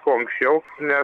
kuo anksčiau ne